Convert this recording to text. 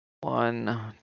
One